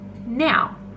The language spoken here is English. now